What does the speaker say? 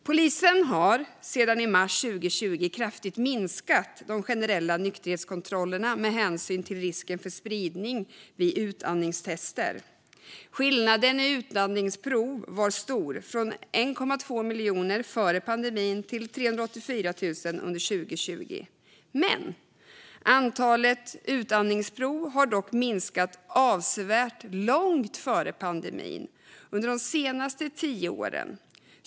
Polisen har sedan i mars 2020 kraftigt minskat de generella nykterhetskontrollerna med hänsyn till risken för smittspridning vid utandningstester. Skillnaden i antal utandningsprov är stor, från 1,2 miljoner före pandemin till 384 000 under 2020. Antalet utandningsprov har dock minskat avsevärt sedan långt före pandemin - under de senaste tio åren.